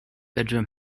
bedroom